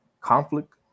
conflict